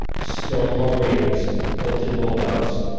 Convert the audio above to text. stonewall raiders, hilton bulldogs,